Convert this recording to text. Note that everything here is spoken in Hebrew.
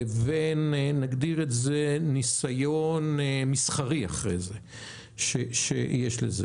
לבין ניסיון מסחרי שיש לזה.